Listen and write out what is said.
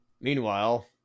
Meanwhile